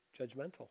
judgmental